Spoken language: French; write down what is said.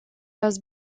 los